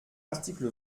l’article